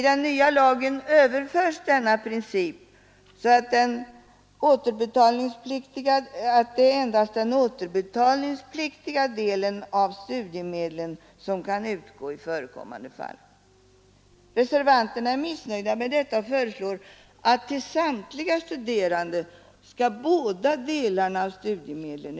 Denna princip överförs i den nya lagen, så att det är endast den återbetalningspliktiga delen av studiemedlen som kan utgå i förekommande fall. Reservanterna är missnöjda med detta och föreslår att båda delarna av studiemedlen skall utgå till samtliga studerande.